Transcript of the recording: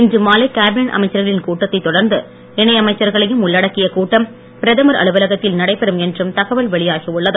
இன்று மாலை கேபினெட் அமைச்சர்களின் கூட்டத்தைத் தொடர்ந்து இணையமைச்சர்களையும் உள்ளடக்கிய கூட்டம் பிரதமர் அலுவலகத்தில் நடைபெறும் என்றும் தகவல் வெளியாகி உள்ளது